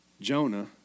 Jonah